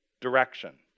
Direction